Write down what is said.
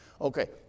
Okay